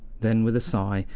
then with a sigh,